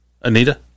Anita